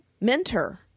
mentor